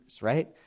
right